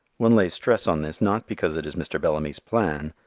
one lays stress on this not because it is mr. bellamy's plan,